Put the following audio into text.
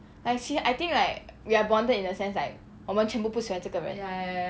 ah ya ya ya like se~ I think like we are bonded in a sense like 我们全部不喜欢这个人